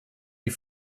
die